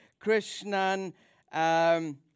Krishnan